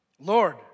Lord